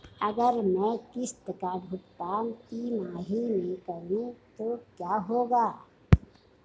अगर मैं किश्त का भुगतान तिमाही में करूं तो क्या होगा?